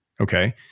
Okay